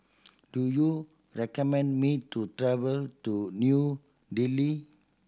do you recommend me to travel to New Delhi